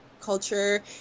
culture